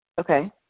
Okay